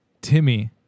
Timmy